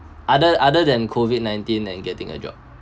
other other than COVID nineteen and getting a job